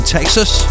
Texas